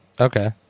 Okay